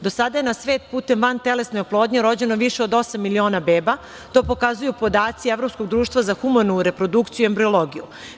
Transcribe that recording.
Do sada je na svet putem vantelesne oplodnje rođeno više od 8.000.000 beba, to pokazuju podaci evropskog društva za humanu reprodukciju i embriologiju.